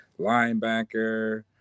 linebacker